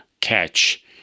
catch